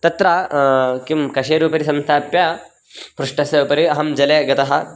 तत्र किं कशेरोः उपरि संस्थाप्य पृष्ठस्य उपरि अहं जले गतः